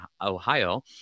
Ohio